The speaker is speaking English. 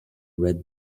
red